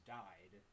died